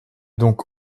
donc